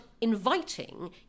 inviting